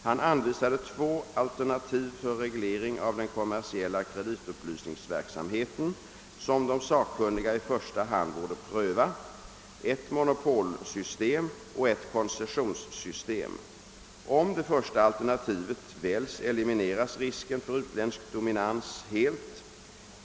Han anvisade två alternativ för reglering av den kommersiella kreditupplysningsverksamheten som de sakkunniga i första hand borde pröva, ett monopolsystem och ett koncessionssystem. Om det första alternativet väljs elimineras helt risken för utländsk dominans.